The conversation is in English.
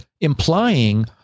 implying